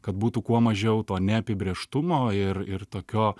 kad būtų kuo mažiau to neapibrėžtumo ir ir tokio